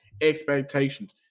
expectations